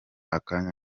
akanya